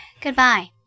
Goodbye